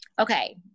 okay